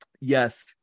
yes